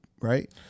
right